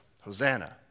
Hosanna